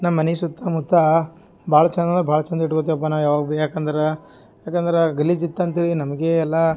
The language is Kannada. ನಮ್ಮ ಮನೆ ಸುತ್ತಮುತ್ತ ಭಾಳ್ ಚಂದ ಅಂದ್ರೆ ಭಾಳ್ ಚಂದ ಇಟ್ಕೊಂತಿಯಪ್ಪ ನಾವು ಯಾವಾಗ ಬಿ ಯಾಕಂದ್ರೆ ಯಾಕಂದ್ರೆ ಗಲೀಜ್ ಇತ್ತು ಅಂತೇಳಿ ನಮಗೆ ಎಲ್ಲ